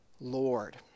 Lord